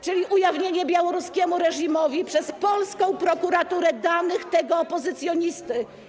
czyli ujawnienie białoruskiemu reżimowi przez polską prokuraturę danych tego opozycjonisty.